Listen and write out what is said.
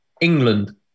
England